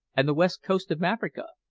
and the west coast of africa.